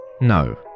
No